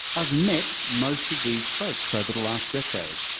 i've met most of these folks over the last decade.